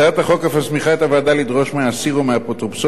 הצעת החוק אף מסמיכה את הוועדה לדרוש מהאסיר או מאפוטרופוסו,